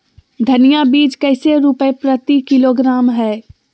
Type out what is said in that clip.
धनिया बीज कैसे रुपए प्रति किलोग्राम है?